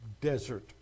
desert